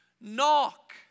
knock